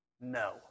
No